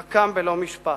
מחשבת נקם בלא משפט.